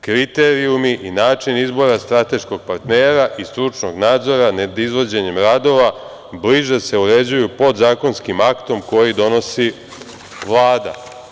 Kriterijumi i način izbora strateškog partnera i stručnog nadzora nad izvođenjem radova bliže se uređuju podzakonskim aktom koji donosi Vlada.